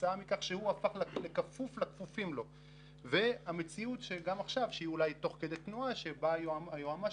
דוח זה אמור להגיע אל שולחן הוועדה.